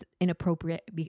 inappropriate